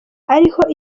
ariho